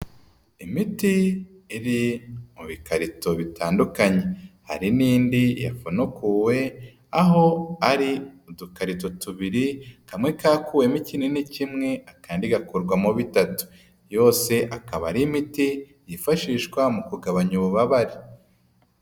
imiti iri mu bikarito bitandukanye, hari n'indi yafunukuwe aho ari udukarito tubiri, kamwe kakuwemo ikinini kimwe kandi gakurwamo bitatu, yose akaba ari imiti yifashishwa mu kugabanya ububabare.